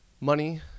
money